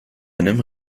einem